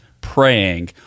praying